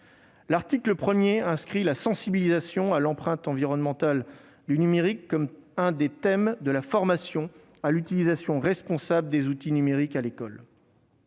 L'article 1 fait de la sensibilisation à l'empreinte environnementale du numérique l'un des thèmes de la formation à l'utilisation responsable des outils numériques à l'école.